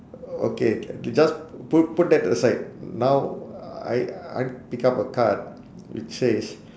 o~ okay j~ just put put that aside now I I pick up a card it says